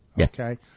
Okay